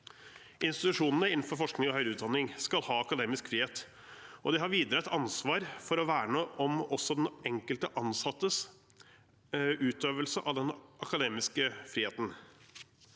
Institusjonene innenfor forskning og høyere utdanning skal ha akademisk frihet, og de har videre et ansvar for å verne om også den enkelte ansattes utøvelse av den akademiske friheten.